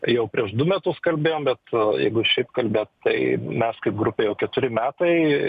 jau prieš du metus kalbėjom bet jeigu šiaip kalbėt tai mes kaip grupė jau keturi metai